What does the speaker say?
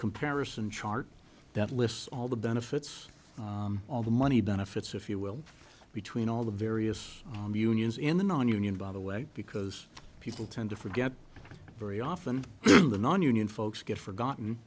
comparison chart that lists all the benefits all the money benefits if you will between all the various unions in the nonunion by the way because people tend to forget very often the nonunion folks get forgotten